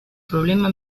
problema